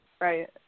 right